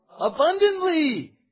abundantly